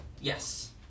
Yes